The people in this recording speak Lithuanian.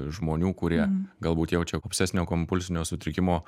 žmonių kurie galbūt jaučia obsesinio kompulsinio sutrikimo